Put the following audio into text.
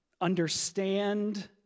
understand